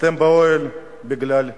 אתם באוהל בגלל ביבי.